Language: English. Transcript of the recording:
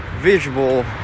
visual